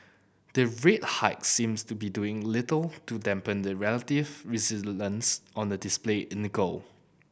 the rate hikes seems to be doing little to dampen the relative resilience on the display in the goal